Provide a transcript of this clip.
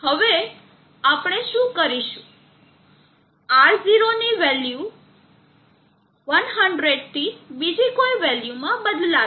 હવે આપણે શું કરીશું R0 ની વેલ્યુ 100 થી બીજી કોઈ વેલ્યુમાં બદલાવીશું